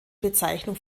bezeichnung